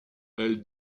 elle